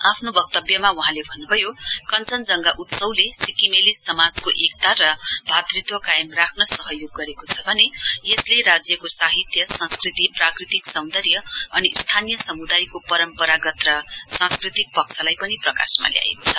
आफ्नो वक्तव्यमा वहाँले भन्नभयो कंचनजंगा उत्सवले सिक्किमेली समाजको एकता र भातृत्व कायम राख्न सहयोग गरेको छ भने यसले राज्यको साहित्य सँस्कृति प्रकृतिक सौन्दर्य अनि स्थानीय समुदाय परम्परागत र सांस्कृतिक पक्षलाई पनि प्रकाशमा ल्याएको छ